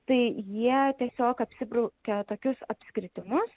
tai jie tiesiog apsibraukia tokius apskritimus